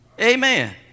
Amen